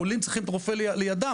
החולים צריכים את הרופא לידם